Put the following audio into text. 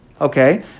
okay